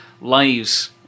lives